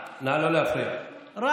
זה לא אמרת, ומה עם נאמנות?